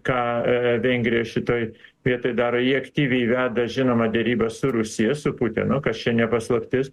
ką vengrija šitoj vietoj daro jie aktyviai veda žinoma derybas su rusija su putinu kas čia ne paslaptis